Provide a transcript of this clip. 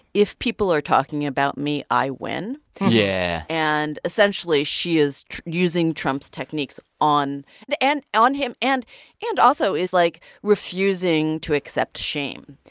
if people are talking about me, i win yeah and essentially, she is using trump's techniques on and and on him and and also is, like, refusing to accept shame,